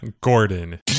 Gordon